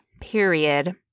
period